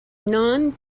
non